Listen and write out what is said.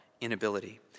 inability